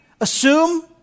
assume